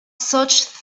such